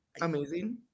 Amazing